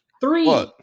Three